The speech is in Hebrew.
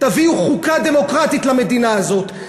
תביאו חוקה דמוקרטית למדינה הזאת,